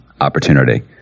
opportunity